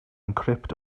encrypt